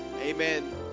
Amen